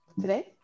Today